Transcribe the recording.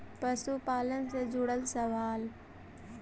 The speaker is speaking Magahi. पशुपालन से जुड़ल सवाल?